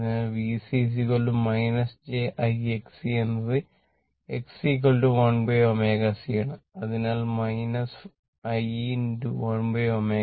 അതിനാൽ VC j I Xc എന്നത് Xc 1 ω c ആണ് അതിനാൽ I 1 ω c